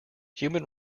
human